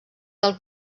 del